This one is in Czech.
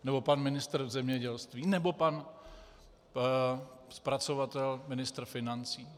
Nebo pan ministr zemědělství nebo pan zpracovatel ministr financí?